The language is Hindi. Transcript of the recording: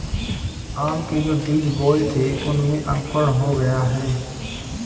आम के जो बीज बोए थे उनमें अंकुरण हो गया है